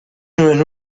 nuen